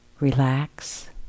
relax